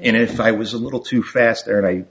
and if i was a little too fast and i